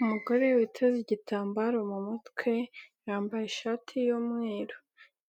Umugore witeze igitambaro mu mutwe, yambaye ishati y'umweru,